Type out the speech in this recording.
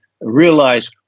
realize